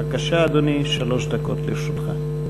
בבקשה, אדוני, שלוש דקות לרשותך.